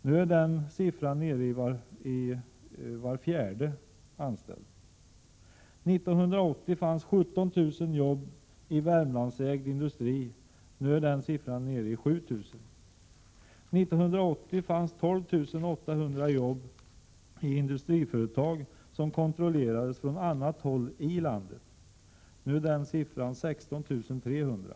Nu är det fråga om cirka en fjärdedel. — 1980 fanns 17 000 jobb i Värmlandsägd industri. Nu är de nere i 7 000. —1980 fanns 12 800 jobb i industriföretag som kontrollerades från annat håll i landet. Nu är de 16 300.